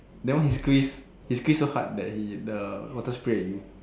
then why he squeeze he squeeze so hard that he the what spray at you